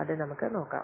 അത് നമുക്ക് നോക്കാം